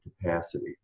capacity